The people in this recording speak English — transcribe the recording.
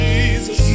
Jesus